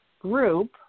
Group